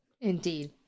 Indeed